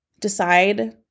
Decide